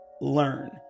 learn